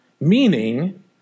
Meaning